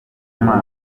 mazi